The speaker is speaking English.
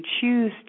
choose